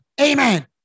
Amen